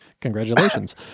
congratulations